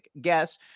guess –